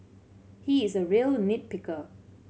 he is a real nit picker